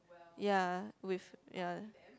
yeh with ya